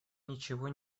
ничего